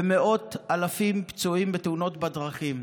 מאות אלפים פצועים בתאונות בדרכים.